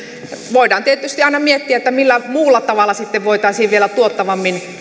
voidaan tietysti aina miettiä millä muulla tavalla sitten voisi vielä tuottavammin